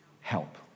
help